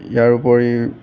ইয়াৰোপৰি